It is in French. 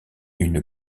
une